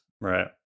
Right